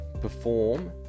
perform